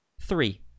three